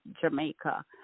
Jamaica